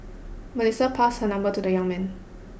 Melissa passed her number to the young man